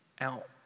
out